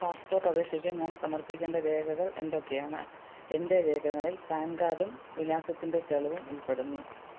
passport അപേക്ഷയ്ക്ക് ഞാൻ സമർപ്പിക്കേണ്ട രേഖകൾ എന്തൊക്കെയാണ് എന്റെ രേഖകളിൽ പാൻ കാർഡും വിലാസത്തിന്റെ തെളിവും ഉൾപ്പെടുന്നു